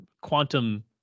quantum